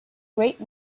great